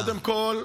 קודם כול,